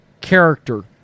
character